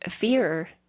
fear